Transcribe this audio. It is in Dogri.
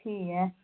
ठीक ऐ